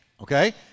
Okay